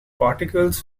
particles